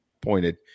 pointed